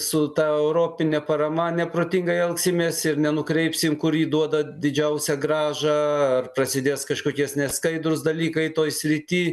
su ta europine parama neprotingai elgsimės ir nenukreipsim kur ji duoda didžiausią grąžą ar prasidės kažkokies neskaidrūs dalykai toj srity